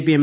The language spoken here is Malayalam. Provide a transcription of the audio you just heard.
P M